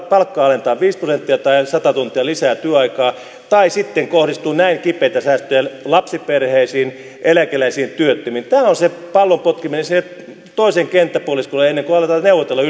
palkkaa alennetaan viisi prosenttia tai sata tuntia lisää työaikaa tai sitten kohdistuu näin kipeitä säästöjä lapsiperheisiin eläkeläisiin ja työttömiin tämä on sitä pallon potkimista sinne toiselle kenttäpuoliskolle ennen kuin aletaan neuvotella